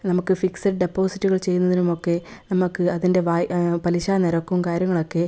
നമുക്ക് ഫിക്സ്ഡ് ഡെപ്പോസിറ്റുകൾ ചേരുന്നതിനുമൊക്കെ നമുക്ക് അതിൻ്റെ പലിശ നിരക്കും കാര്യങ്ങളൊക്കെ